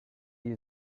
you